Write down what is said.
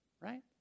right